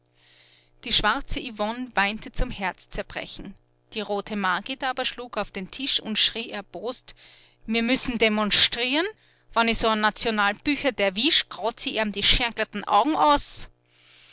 die schwarze yvonne weinte zum herzzerbrechen die rote margit aber schlug auf den tisch und schrie erbost mir müssen demonschtrieren wann i so an nationalpülcher derwisch kratz i eahm die scheangleten augen aus